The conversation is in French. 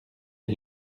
est